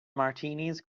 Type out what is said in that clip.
martinis